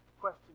Question